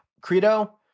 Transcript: Credo